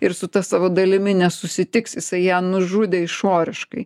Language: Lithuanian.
ir su ta savo dalimi nesusitiks jisai ją nužudė išoriškai